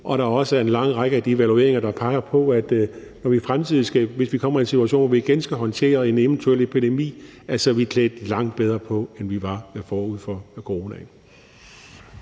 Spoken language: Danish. og der er også en lang række af de evalueringer, der peger på, at hvis vi kommer i en situation, hvor vi igen skal håndtere en eventuel epidemi, er vi klædt langt bedre på, end vi var forud for corona.